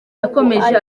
yakomeje